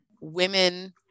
Women